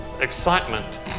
excitement